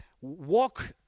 walk